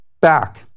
back